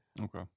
Okay